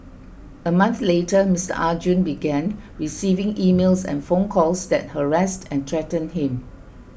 a month later Mister Arjun began receiving emails and phone calls that harassed and threatened him